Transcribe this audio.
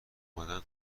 اومدن